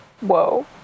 whoa